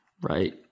Right